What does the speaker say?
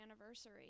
anniversary